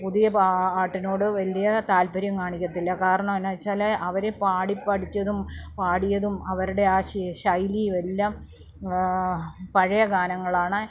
പുതിയ പാട്ടിനോട് വലിയ താല്പര്യം കാണിക്കത്തില്ല കാരണം എന്ന് വെച്ചാല് അവര് പാടി പഠിച്ചതും പാടിയതും അവരുടെ ആ ശൈലിയും എല്ലാം പഴയ ഗാനങ്ങളാണ്